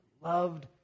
loved